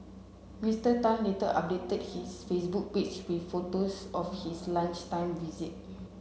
Mister Tan later updated his Facebook page with photos of his lunchtime visit